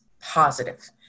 positive